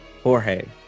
jorge